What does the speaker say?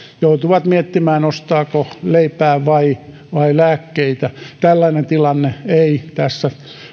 joutuvat miettimään ostavatko leipää vai vai lääkkeitä tälläinen tilanne ei tässä